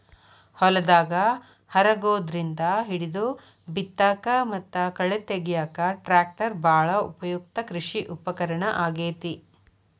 ಹೊಲದಾಗ ಹರಗೋದ್ರಿಂದ ಹಿಡಿದು ಬಿತ್ತಾಕ ಮತ್ತ ಕಳೆ ತಗ್ಯಾಕ ಟ್ರ್ಯಾಕ್ಟರ್ ಬಾಳ ಉಪಯುಕ್ತ ಕೃಷಿ ಉಪಕರಣ ಆಗೇತಿ